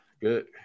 good